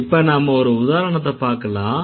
இப்ப நாம ஒரு உதாரணத்த பாக்கலாம்